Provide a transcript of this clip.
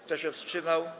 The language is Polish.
Kto się wstrzymał?